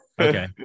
okay